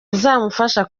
izamufasha